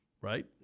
right